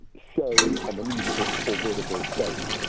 show on the musical or vertical stage.